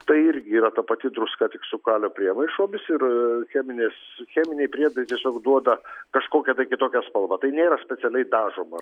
tai irgi yra ta pati druska tik su kalio priemaišomis ir cheminis cheminiai priedai tiesiog duoda kažkokią tai kitokią spalvą tai nėra specialiai dažoma